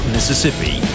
Mississippi